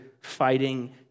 fighting